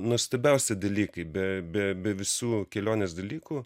nuostabiausi dalykai be be visų kelionės dalykų